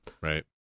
Right